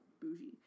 Bougie